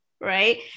right